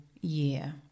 year